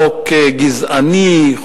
חוק גזעני,